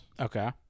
Okay